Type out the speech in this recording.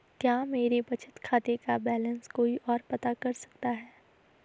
क्या मेरे बचत खाते का बैलेंस कोई ओर पता कर सकता है?